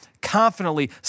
Confidently